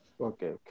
Okay